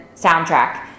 soundtrack